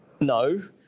no